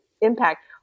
impact